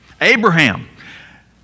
Abraham